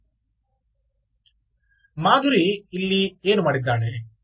ಆದ್ದರಿಂದ ಮಾಧುರಿ ಇಲ್ಲಿ ಏನು ಮಾಡಿದ್ದಾಳೆ